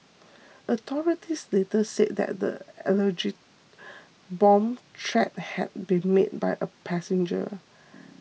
authorities later said the alleged bomb threat had been made by a passenger